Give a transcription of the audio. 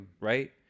right